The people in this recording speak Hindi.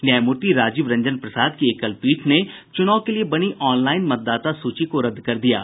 न्यायमूर्ति राजीव रंजन प्रसाद की एकल पीठ ने चुनाव के लिए बनी ऑनलाईन मतदाता सूची को रद्द कर दिया है